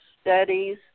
Studies